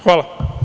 Hvala.